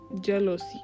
jealousy